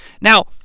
Now